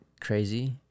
crazy